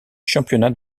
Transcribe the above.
championnats